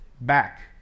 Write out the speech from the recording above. back